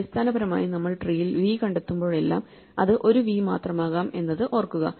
അടിസ്ഥാനപരമായി നമ്മൾ ട്രീയിൽ v കണ്ടെത്തുമ്പോഴെല്ലാം അത് ഒരു v മാത്രമാകാം എന്നത് ഓർക്കുക